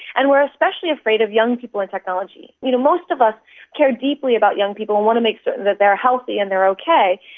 and we're especially afraid of young people and technology. you know most of us care deeply about young people and want to make certain that they're healthy and they're okay,